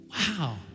Wow